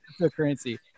Cryptocurrency